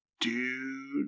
Dude